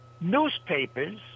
newspapers